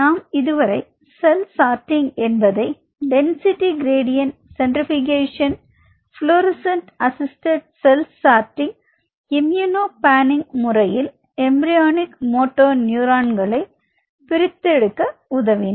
நாம் இதுவரை cell sorting என்பதை density gradient centrifugation fluorescent assisted cell sorting immunopanning முறையில் எம்பிரியோனிக் மோட்டோ நியூரான் பிரித்தெடுத்தலுக்கு உதவின